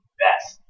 best